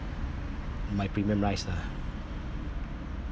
my premium rise lah